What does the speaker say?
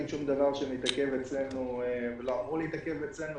אין שום דבר שמתעכב אצלנו ולא אמור להתעכב אצלנו,